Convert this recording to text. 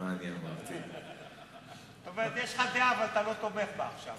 זאת אומרת, יש לך דעה, אבל אתה לא תומך בה עכשיו.